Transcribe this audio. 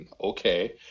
okay